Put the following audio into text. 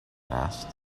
asked